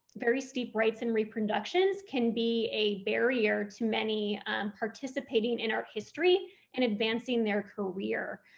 very steep rights and reproductions can be a barrier to many participating in our history and advancing their career,